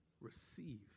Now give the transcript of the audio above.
Receive